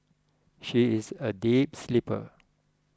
she is a deep sleeper